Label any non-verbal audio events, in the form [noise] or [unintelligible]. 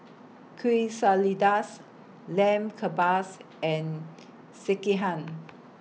[unintelligible] Lamb Kebabs and Sekihan